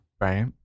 Right